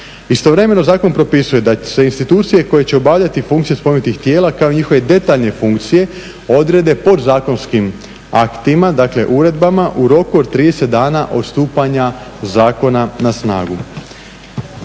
Istovremeno zakon propisuje da će se institucije koje će obavljati funkcije spomenutih tijela kao njihove detaljne funkcije odrede podzakonskim aktima, dakle uredbama u roku od 30 dana od stupanja zakona na snagu.